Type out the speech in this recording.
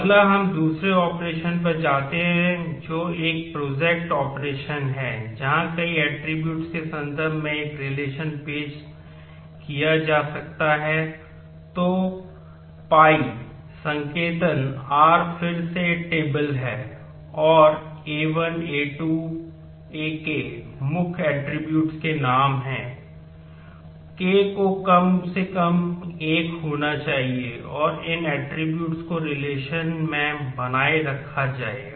अगला हम दूसरे ऑपरेशन में बनाए रखा जाएगा